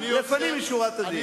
לפנים משורת הדין.